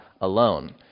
alone